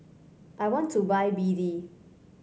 I want to buy B D